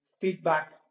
feedback